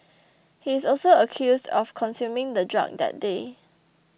he is also accused of consuming the drug that day